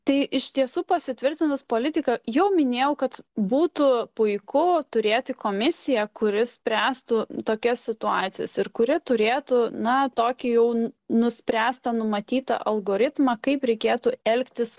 tai iš tiesų pasitvirtinus politika jau minėjau kad būtų puiku turėti komisiją kuri spręstų tokias situacijas ir kuri turėtų na tokį jau nuspręstą numatytą algoritmą kaip reikėtų elgtis